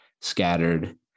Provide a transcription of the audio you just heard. scattered